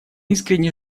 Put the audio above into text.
искренне